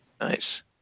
Nice